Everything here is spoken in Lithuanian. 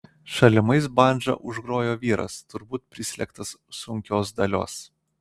šalimais bandža užgrojo vyras turbūt prislėgtas sunkios dalios